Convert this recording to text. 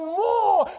more